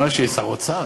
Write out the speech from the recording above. מה, שר האוצר